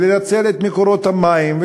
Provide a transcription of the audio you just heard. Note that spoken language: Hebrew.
ולנצל את מקורות המים,